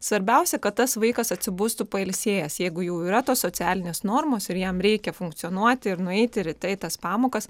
svarbiausia kad tas vaikas atsibustų pailsėjęs jeigu jau yra tos socialinės normos ir jam reikia funkcionuoti ir nueiti ryte į tas pamokas